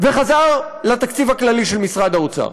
וחזר לתקציב הכללי של משרד האוצר.